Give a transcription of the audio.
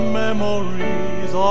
memories